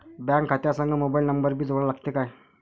Bank खात्या संग mobile number भी जोडा लागते काय?